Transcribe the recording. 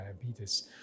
diabetes